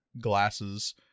glasses